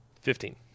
Fifteen